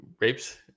rapes